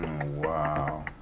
Wow